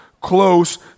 close